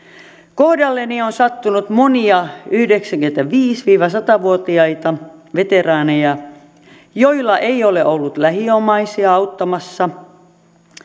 kohdalleni on sattunut monia yhdeksänkymmentäviisi viiva sata vuotiaita veteraaneja joilla ei ole ollut lähiomaisia auttamassa